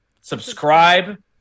subscribe